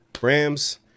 Rams